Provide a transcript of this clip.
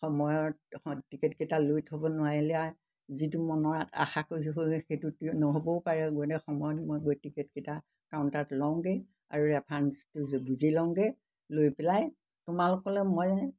সময়ত টিকেটকেইটা লৈ থ'ব নোৱাৰিলে যিটো মনৰ আশা কৰিছোঁ সেইটো নহ'বও পাৰে গৈ দিয়ে সময়ত মই গৈ টিকেটকেইটা কাউণ্টাৰত লওঁগৈ আৰু ৰেফাৰেঞ্চটো বুজি লওঁগৈ লৈ পেলাই তোমালোকলৈ মই